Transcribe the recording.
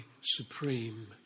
supreme